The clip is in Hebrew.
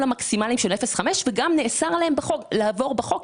המקסימליים של 0.5 וגם נאסר עליהם לעבור בחוק.